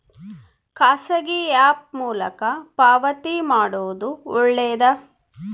ಖಾಸಗಿ ಆ್ಯಪ್ ಮೂಲಕ ಪಾವತಿ ಮಾಡೋದು ಒಳ್ಳೆದಾ?